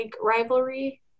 rivalry